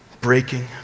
breaking